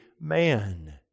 man